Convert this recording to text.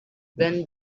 when